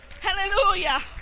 Hallelujah